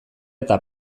eta